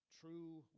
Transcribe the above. true